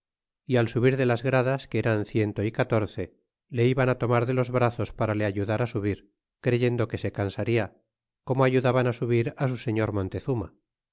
y al subir de las gradas que eran ciento y catorce le iban tomar de los brazos para le ayudar subir creyendo que se cansaria como ayudaban subir su señor montezunaa